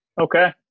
Okay